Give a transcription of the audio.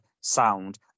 sound